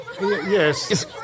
Yes